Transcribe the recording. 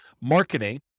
marketing